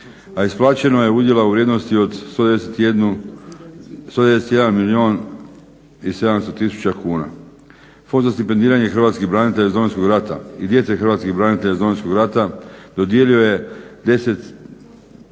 a isplaćeno je udjela u vrijednosti od 121 milijun i 700 tisuća kuna. Fond za stipendiranje hrvatskih branitelja iz Domovinskog rata i djece hrvatskih branitelja iz Domovinskog rata dodijelio je 10537